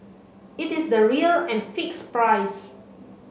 it is the real and fixed price